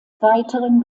weiteren